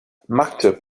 maktub